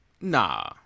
Nah